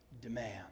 demand